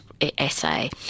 essay